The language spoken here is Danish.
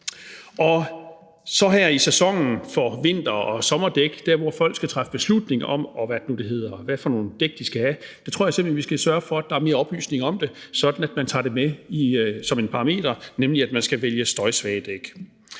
køretøjer. I sæsonen for vinter- og sommerdæk, altså der, hvor folk skal træffe beslutning om, hvad for nogle dæk de skal have, tror jeg simpelt hen, vi skal sørge for, at der er mere oplysning om det, sådan at man tager det med som en parameter, at man skal vælge støjsvage dæk.